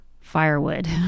firewood